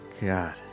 god